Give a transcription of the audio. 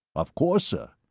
of course, sir.